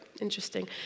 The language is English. interesting